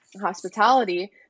hospitality